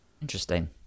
Interesting